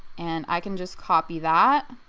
and i can just copy that